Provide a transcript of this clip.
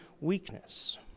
weakness